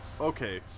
Okay